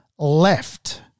left